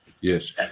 Yes